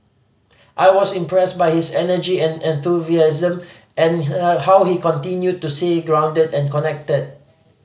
I was impressed by his energy and enthusiasm and how he continued to stay grounded and connected